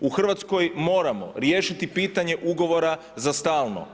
U Hrvatskoj moramo riješiti pitanje ugovora za stalno.